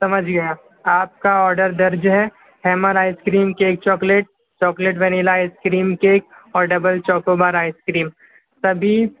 سمجھ گیا آپ کا آرڈر درج ہے hammer ice cream cake chocolate chocolate vanilla ice cream cake اور double choco bar ice cream سبھی